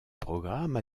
programmes